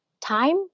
time